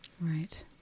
Right